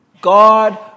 God